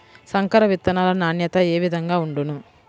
సంకర విత్తనాల నాణ్యత ఏ విధముగా ఉండును?